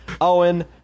Owen